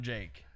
Jake